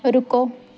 ਰੁਕੋ